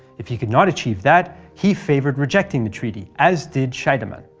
if he could not achieve that, he favoured rejecting the treaty, as did scheidemann.